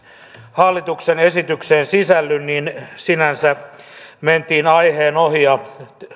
hallituksen esitykseen sisälly niin sinänsä mentiin aiheen ohi ja